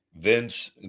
Vince